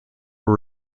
were